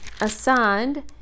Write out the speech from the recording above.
assigned